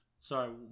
Sorry